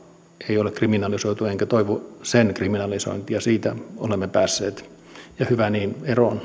ole kriminalisoitu enkä toivo sen kriminalisointia siitä olemme päässeet eroon ja hyvä niin